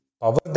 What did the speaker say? power